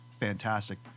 fantastic